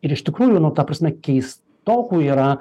ir iš tikrųjų nu ta prasme keis tokų yra